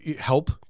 help